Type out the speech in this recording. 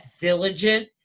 diligent